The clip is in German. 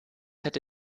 hätte